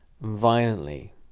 violently